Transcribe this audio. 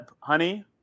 honey